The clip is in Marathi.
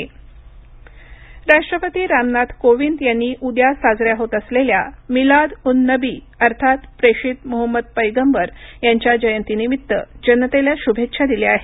ईद शुभेच्छा राष्ट्रपती रामनाथ कोविंद यांनी उद्या साजऱ्या होत असलेल्या मिलाद उन नबी अर्थात प्रेषित मोहम्मद पैगंबर यांच्या जयंतीनिमित्त जनतेला शुभेच्छा दिल्या आहेत